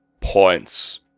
Points